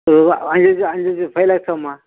பொதுவாக அஞ்சு இன்ச்சி அஞ்சு இன்ச்சி ஃபை லேக்ஸ் ஆகுமா